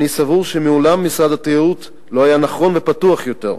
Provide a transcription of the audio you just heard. אני סבור שמעולם משרד התיירות לא היה נכון ופתוח יותר,